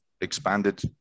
expanded